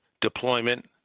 deployment